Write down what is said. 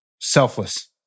Selfless